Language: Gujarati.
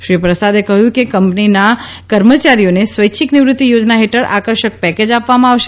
શ્રી પ્રસાદે કહ્યું કે કંપનીના કર્મચારીઓને સ્વૈચ્છિક નિવૃત્તિ થોજના હેઠળ આકર્ષક પેકેજ આપવામાં આવશે